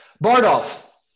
Bardolph